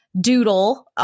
doodle